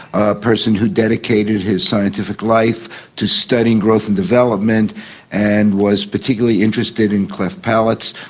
a person who dedicated his scientific life to studying growth and development and was particularly interested in cleft palates,